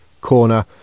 corner